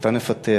אותה נפתח.